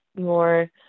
more –